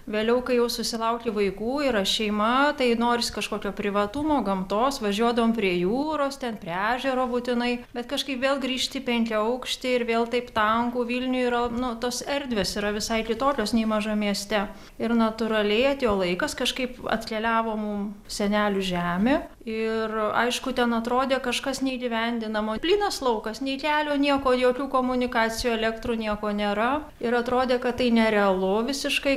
vėliau kai jau susilauki vaikų yra šeima tai norisi kažkokio privatumo gamtos važiuodavom prie jūros ten prie ežero būtinai bet kažkaip vėl grįžti į penkiaaukštį ir vėl taip tanku vilniuj yra nu tos erdvės yra visai kitokios nei mažam mieste ir natūraliai atėjo laikas kažkaip atkeliavom senelių žemę ir aišku ten atrodė kažkas neįgyvendinamo plynas laukas nei kelio nieko jokių komunikacijų elektrų nieko nėra ir atrodė kad tai nerealu visiškai